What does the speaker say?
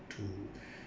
to